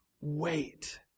Wait